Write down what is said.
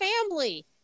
family